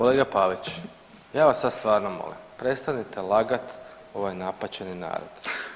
Kolega Pavić, ja vas sad stvarno molim, prestanite lagat ovaj napaćeni narod.